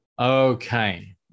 okay